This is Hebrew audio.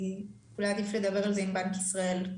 אולי עדיף לדבר עם זה עם בנק ישראל.